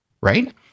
right